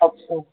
अच्छा